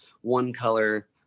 one-color